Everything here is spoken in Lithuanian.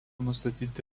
nustatyti